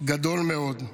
גדול מאוד.